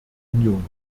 union